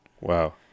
Wow